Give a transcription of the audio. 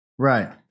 Right